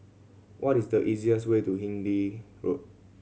what is the easiest way to Hindhede Road